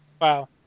Wow